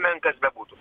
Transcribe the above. menkas bebūtų